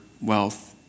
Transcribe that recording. wealth